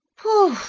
pooh!